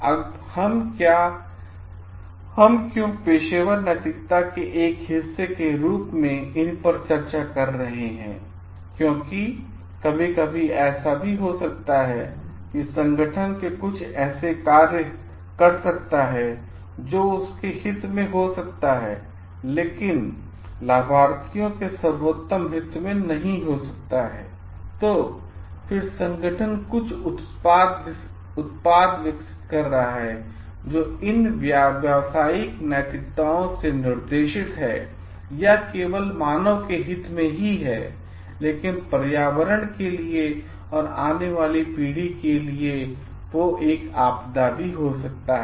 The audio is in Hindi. अब हम क्यों पेशेवर नैतिकता के एक हिस्से के रूप में इन पर चर्चा कर रहे हैं क्योंकि कभी कभी ऐसा हो सकता है कि संगठन कुछ ऐसे कार्य कर सकता है जो उनके हित में हो सकता है लेकिन लाभार्थियों के सर्वोत्तम हित में नहीं हो सकता है फिर संगठन कुछ उत्पाद विकसित कर रहा है जो इन व्यावसायिक नैतिकताओं से निर्देशित है या केवल मानव के हित में ही है लेकिन यह पर्यावरण के लिए या आने वाली पीढ़ी के लिए आने वाली आपदा है